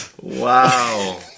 Wow